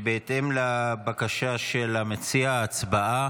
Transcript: בהתאם לבקשה של המציע, ההצבעה